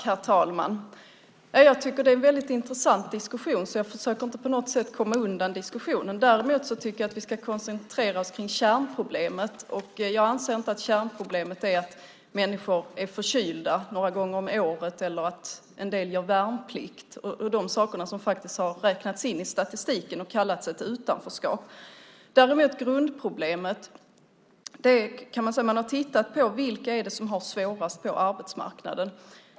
Herr talman! Det är en väldigt intressant diskussion, och jag försöker inte på något sätt komma undan den diskussionen. Däremot tycker jag att vi ska koncentrera oss på kärnproblemet, och jag anser att kärnproblemet är att människor som är förkylda någon gång om året eller gör värnplikt räknas in i statistiken för utanförskap. Däremot är grundproblemet: Vilka är de som har svårast på arbetsmarknaden?